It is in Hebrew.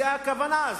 זאת הכוונה.